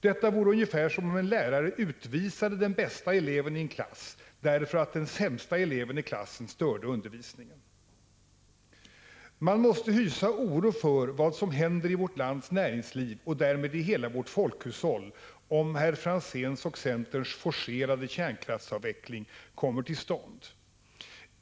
Detta vore ungefär som om en lärare utvisade den bästa eleven i en klass därför att den sämsta eleven i klassen störde undervisningen. Man måste hysa oro för vad som händer i vårt lands näringsliv och därmed i hela vårt folkhushåll om herr Franzéns och centerns forcerade kärnkraftsav 88 veckling kommer till stånd.